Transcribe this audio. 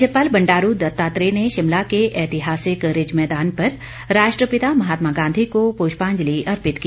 राज्यपाल बंडारू दत्तात्रेय ने शिमला के ऐतिहासिक रिज मैदान पर राष्ट्रपिता महात्मा गांधी को पुष्पांजलि अर्पित की